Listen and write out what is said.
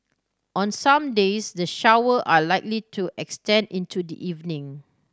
on some days the shower are likely to extend into the evening